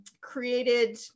created